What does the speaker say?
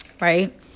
right